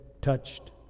touched